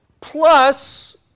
plus